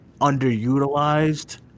underutilized